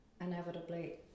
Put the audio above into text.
inevitably